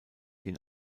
den